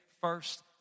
first